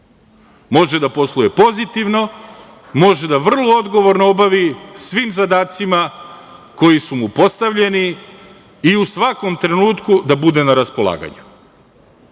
može da posluje pozitivno, može vrlo odgovorno da obavi sve zadatke koji su postavljeni i u svakom trenutku da bude na raspolaganju. Bojim